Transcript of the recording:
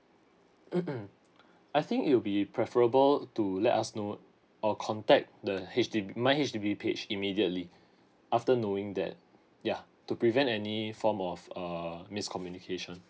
I think it would be preferable to let us know or contact the H_D_B my H_D_B page immediately after knowing that yeah to prevent any form of err miss communication